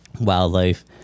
wildlife